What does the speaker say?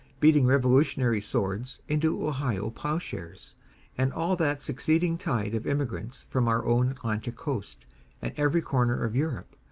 beating revolutionary swords into ohio plowshares and all that succeeding tide of immigrants from our own atlantic coast and every corner of europe,